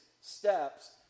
steps